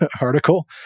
article